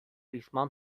ریسمان